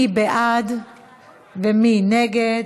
מי בעד ומי נגד?